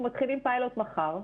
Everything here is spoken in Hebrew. אנחנו מתחילים פיילוט מחר.